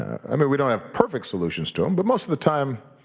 i mean, we don't have perfect solutions to em, but most of the time,